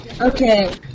Okay